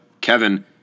Kevin